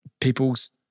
people's